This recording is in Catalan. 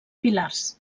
pilars